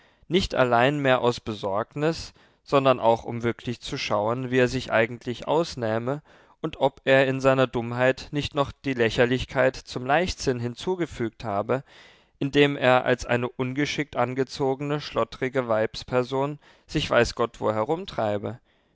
nicht allein mehr aus besorgnis sondern auch um wirklich zu schauen wie er sich eigentlich ausnähme und ob er in seiner dummheit nicht noch die lächerlichkeit zum leichtsinn hinzugefügt habe indem er als eine ungeschickt angezogene schlottrige weibsperson sich weiß gott wo herumtreibe